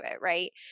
Right